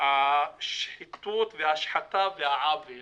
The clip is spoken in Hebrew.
השחיתות וההשחתה והעוול